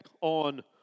on